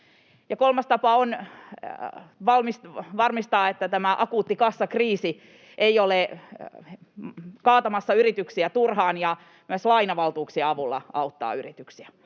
Kolmas tapa on varmistaa, että tämä akuutti kassakriisi ei ole kaatamassa yrityksiä turhaan, ja myös lainavaltuuksien avulla auttaa yrityksiä.